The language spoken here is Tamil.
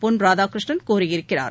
பொன்ராதாகிருஷ்ணன் கூறியிருக்கிறார்